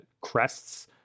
crests